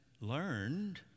learned